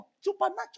Supernatural